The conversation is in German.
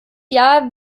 jahr